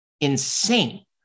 insane